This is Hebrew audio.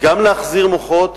גם להחזיר מוחות